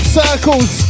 circles